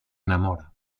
enamora